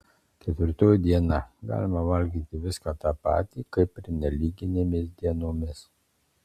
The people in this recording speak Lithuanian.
ketvirtoji diena galima valgyti viską tą patį kaip ir nelyginėmis dienomis